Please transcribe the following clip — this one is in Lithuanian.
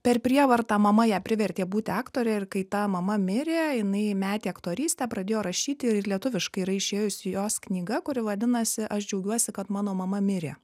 per prievartą mama ją privertė būti aktore ir kai ta mama mirė jinai metė aktorystę pradėjo rašyti ir lietuviškai yra išėjusi jos knyga kuri vadinasi aš džiaugiuosi kad mano mama mirė